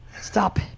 Stop